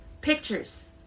pictures